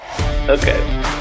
Okay